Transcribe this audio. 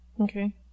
Okay